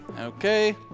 Okay